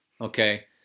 okay